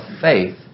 faith